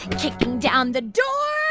kicking down the door.